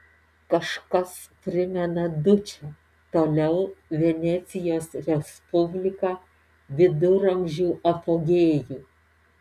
kažkas primena dučę toliau venecijos respubliką viduramžių apogėjų